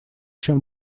чем